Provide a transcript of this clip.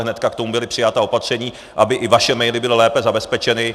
Hned k tomu byla přijata opatření, aby i vaše maily byly lépe zabezpečeny.